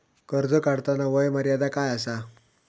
कर्ज काढताना वय मर्यादा काय आसा?